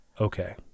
Okay